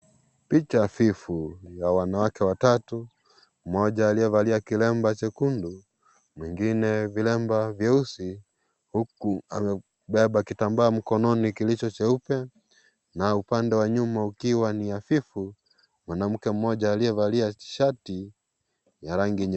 Picha hafifu ya wanawake watatu, mmoja aliyevalia kilemba chekundu, mwengine vilemba vyeusi, huku amebeba kitambaa mkononi kilicho cheupe na upande wa nyuma ukiwa ni hafifu ,mwanamke mmoja aliyevalia shati ya rangi.